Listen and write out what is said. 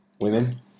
Women